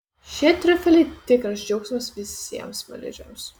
šie triufeliai tikras džiaugsmas visiems smaližiams